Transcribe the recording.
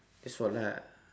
that's all lah